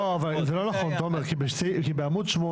זה לא נכון כי בעמוד 8